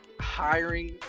hiring